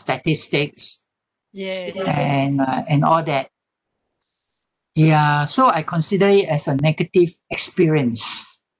statistics and uh and all that ya so I consider it as a negative experience